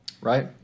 right